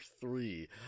three